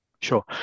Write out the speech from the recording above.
sure